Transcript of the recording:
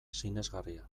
sinesgarria